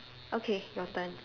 okay your turn